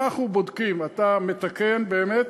ואנחנו בודקים: אתה מתקן באמת?